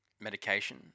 medication